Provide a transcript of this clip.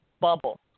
bubble